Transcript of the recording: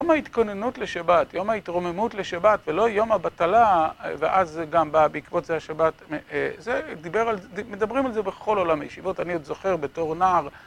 יום ההתכוננות לשבת, יום ההתרוממות לשבת ולא יום הבטלה ואז גם בא בעקבות זה השבת מדברים על זה בכל עולם הישיבות אני עוד זוכר בתור נער